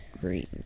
green